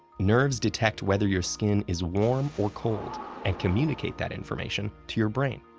nerves detect whether your skin is warm or cold and communicate that information to your brain.